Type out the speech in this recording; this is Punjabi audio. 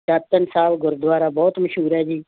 ਦਾਤਣ ਸਾਹਿਬ ਗੁਰਦੁਆਰਾ ਬਹੁਤ ਮਸ਼ਹੂਰ ਹੈ ਜੀ